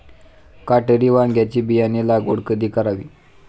काटेरी वांग्याची बियाणे लागवड कधी करावी?